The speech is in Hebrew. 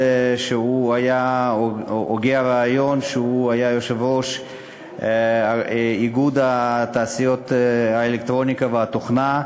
שהיה הוגה הרעיון כשהיה יושב-ראש איגוד תעשיות האלקטרוניקה והתוכנה,